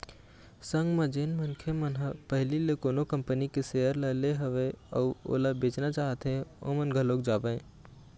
संग म जेन मनखे मन ह पहिली ले कोनो कंपनी के सेयर ल ले हवय अउ ओला बेचना चाहत हें ओमन घलोक जावँय